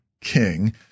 king